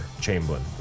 Chamberlain